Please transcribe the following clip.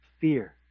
fear